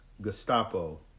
Gestapo